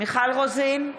גלעד קריב,